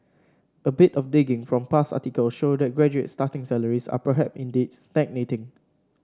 a bit of digging from past articles show that graduate starting salaries are perhaps indeed stagnating